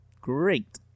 Great